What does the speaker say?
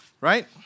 right